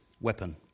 weapon